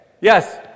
Yes